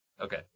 Okay